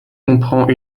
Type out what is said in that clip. comprend